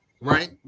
right